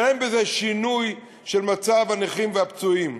אבל אין בזה שינוי של מצב הנכים והפצועים.